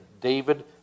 David